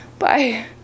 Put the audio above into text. Bye